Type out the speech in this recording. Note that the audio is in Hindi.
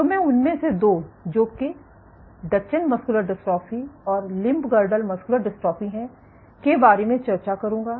तो मैं उनमें से 2 जो कि जो कि डचेन मस्कुलर डिस्ट्रॉफी और लिंब गर्डल मस्कुलर डिस्ट्रॉफी हैं के बारे में चर्चा करूंगा